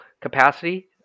capacity